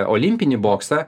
olimpinį boksą